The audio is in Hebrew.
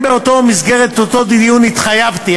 במסגרת אותו דיון התחייבתי,